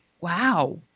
Wow